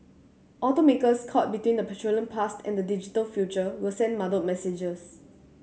automakers caught between the petroleum past and the digital future will send muddled messages